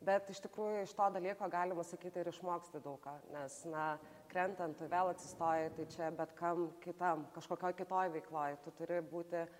bet iš tikrųjų iš to dalyko galima sakyt ir išmoksti daug ką nes na krentant tu atsistoji tai čia bet kam kitam kažkokioj kitoj veikloj tu turi būti